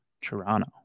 Toronto